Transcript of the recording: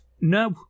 No